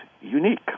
unique